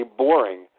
boring